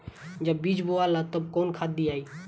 जब बीज बोवाला तब कौन खाद दियाई?